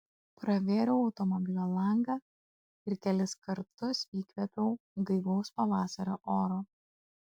pravėriau automobilio langą ir kelis kartus įkvėpiau gaivaus pavasario oro